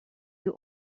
you